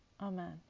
Amen